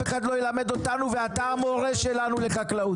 אחד לא ילמד אותנו' ואתה המורה שלנו לחקלאות.